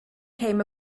came